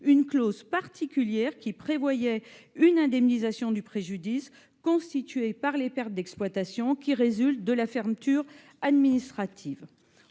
une clause particulière qui prévoyait une indemnisation du préjudice constitué par les pertes d'exploitation résultant d'une fermeture administrative.